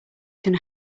can